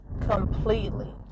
completely